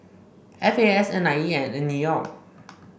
F A S and NIE and NEL